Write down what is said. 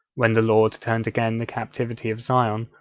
when the lord turned again the captivity of zion,